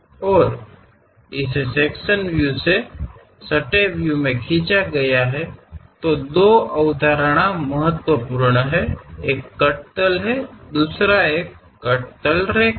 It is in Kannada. ಆದ್ದರಿಂದ ಎರಡು ಪರಿಕಲ್ಪನೆಗಳು ಮುಖ್ಯವಾಗಿವೆ ಒಂದು ಕತ್ತರಿಸಿದ ಸಮತಲ ಇನ್ನೊಂದು ಕತ್ತರಿಸಿದ ಸಮತಲ ರೇಖೆ